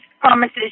promises